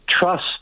trust